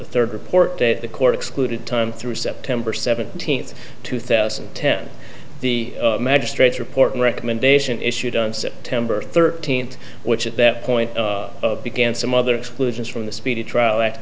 the third report that the court excluded time through september seventeenth two thousand and ten the magistrate's report recommendation issued on september thirteenth which at that point of began some other exclusions from the speedy trial that